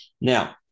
Now